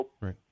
Right